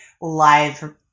live